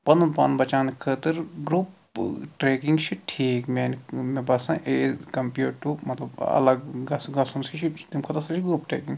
پَنُن پان بچاونہٕ خٲطرٕ گرٛوٗپ ٹرٛیکِنٛگ چھِ ٹھیٖک میٛانہِ مےٚ باسان ایٚز کَمپِیٲرڈ ٹُو مطلب اَلَگ گژھِ گژھُن سُہ چھُ تَمہِ کھۄتہٕ اَصٕل چھُ گرٛوٗپ ٹرٛیٚکِنٛگ